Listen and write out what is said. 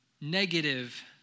negative